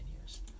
years